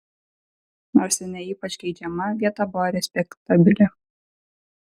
nors ir ne ypač geidžiama vieta buvo respektabili